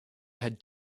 had